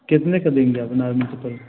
कितने का देंगे आप नार्मल चप्पल